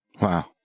Wow